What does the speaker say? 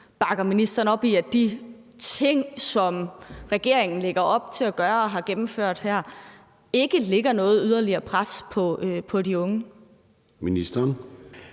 bakker ministeren op i, at de ting, som regeringen lægger op til at gøre og har gennemført her, ikke lægger noget yderligere pres på de unge. Kl.